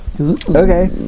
Okay